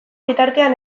bitartean